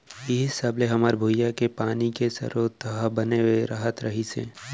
इहीं सब ले हमर भुंइया के पानी के सरोत ह बने रहत रहिस हे